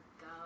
Go